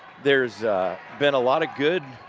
there's been a lot of good